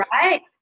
right